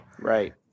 Right